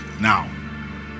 now